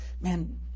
Man